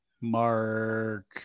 Mark